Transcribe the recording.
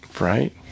Right